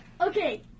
okay